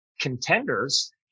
contenders